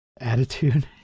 attitude